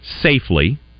safely